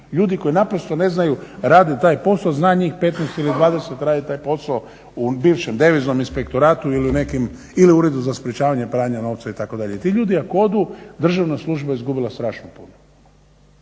Ljudi koji naprosto ne znaju radit taj posao, zna njih 15 ili 20 radit taj posao u bivšem Deviznom inspektoratu ili u Uredu za sprječavanje pranja novca itd. I ti ljudi ako odu državna služba izgubila je strašno puno.